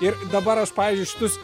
ir dabar aš pavyzdžiui šitus